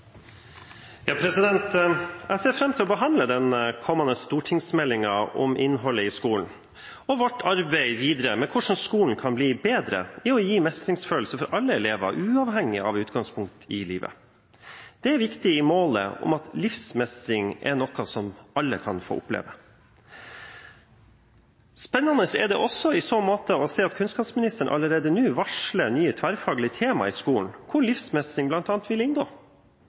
Jeg ser fram til å behandle den kommende stortingsmeldingen om innholdet i skolen og vårt arbeid videre med hvordan skolen kan bli bedre til å gi mestringsfølelse for alle elever, uavhengig av utgangspunkt i livet. Det er viktig for målet om at livsmestring er noe som alle kan få oppleve. Spennende er det også i så måte å se at kunnskapsministeren allerede nå varsler nye tverrfaglige tema i skolen hvor livsmestring bl.a. vil inngå.